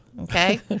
Okay